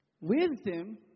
Wisdom